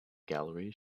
gallery